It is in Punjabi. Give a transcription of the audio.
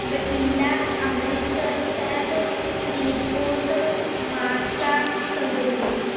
ਬਠਿੰਡਾ ਅੰਮ੍ਰਿਤਸਰ ਸਾਹਿਬ ਫਰੀਦਕੋਟ ਮਾਨਸਾ ਸੰਗਰੂਰ